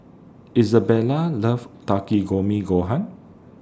Isabela loves Takikomi Gohan